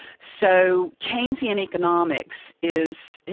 so keynesian economics is,